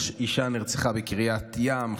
אישה נרצחה בקריית ים,